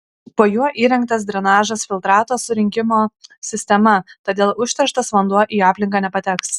po juo įrengtas drenažas filtrato surinkimo sistema todėl užterštas vanduo į aplinką nepateks